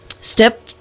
Step